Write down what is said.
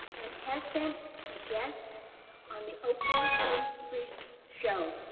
and has been a guest on the oprah winfrey so show.